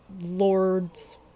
lords